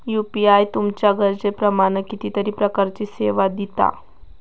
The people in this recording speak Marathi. यू.पी.आय तुमच्या गरजेप्रमाण कितीतरी प्रकारचीं सेवा दिता